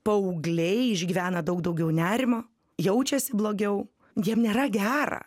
paaugliai išgyvena daug daugiau nerimo jaučiasi blogiau jiem nėra gera